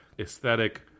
aesthetic